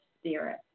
spirit